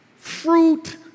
Fruit